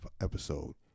episode